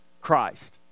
Christ